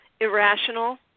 irrational